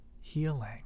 healing